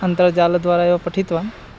अन्तर्जालद्वारा एव पठितवान्